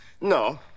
No